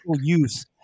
use